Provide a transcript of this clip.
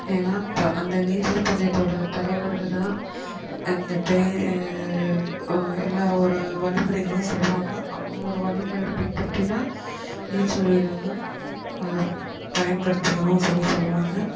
ஏன்னா த அந்த நீச்சல் பந்தயத்தோட தலைவருக்கு தான் அந்த டே எல்லாவோட வழிமுறைகளும் சொல்லுவாங்க அவங்களோட வழிமுறைகள் பின்பற்றி தான் நீச்சல் வீரர்கள் அதை பயன்படுத்திக்கணும் சொல்லி சொல்வாங்க